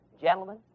Gentlemen